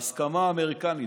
בהסכמה אמריקנית,